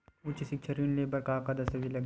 उच्च सिक्छा ऋण ले बर का का दस्तावेज लगही?